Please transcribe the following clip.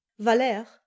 Valère